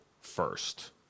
first